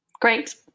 Great